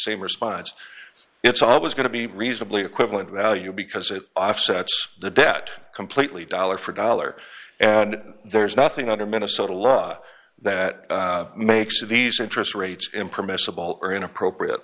same response it's always going to be reasonably equivalent value because it offsets the debt completely dollar for dollar and there's nothing under minnesota law that makes these interest rates in permissible or inappropriate